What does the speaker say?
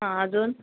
हां अजून